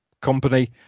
company